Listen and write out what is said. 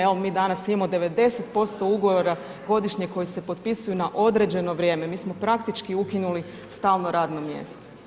Evo mi danas imamo 90% ugovora godišnje koji se potpisuju na određeno vrijeme, mi smo praktički ukinuli stalno radno mjesto.